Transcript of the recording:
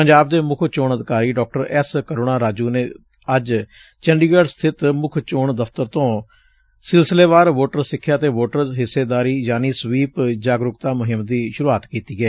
ਪੰਜਾਬ ਦੇ ਮੁੱਖ ਚੋਣ ਅਧਿਕਾਰੀ ਡਾ ਐਸ ਕਰੁਣਾ ਰਾਜੁ ਨੇ ਅੱਜ ਚੰਡੀਗੜ ਸਥਿਤ ਮੁੱਖ ਚੋਣ ਦਫ਼ਤਰ ਤੋਂ ਸਿਲਸਿਲੇਵਾਰ ਵੋਟਰ ਸਿਖਿਆ ਅਤੇ ਵੋਟਰ ਹਿੱਸੇਦਾਰੀ ਯਾਨੀ ਸਵੀਪ ਜਾਗਰੁਕਤਾ ਮੁਹਿੰਮ ਦੀ ਸੂਰੁਆਤ ਕੀਤੀ ਏ